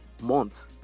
months